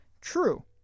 True